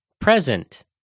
Present